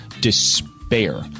despair